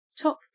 top